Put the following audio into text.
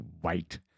white